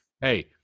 hey